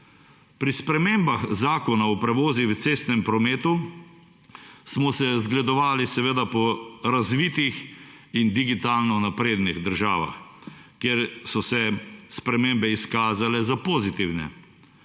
Pri spremembah Zakona o prevozih v cestnem prometu smo se zgledovali seveda po razvitih in digitalno naprednih državah, kjer so se spremembe izkazale za pozitivne.